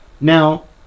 now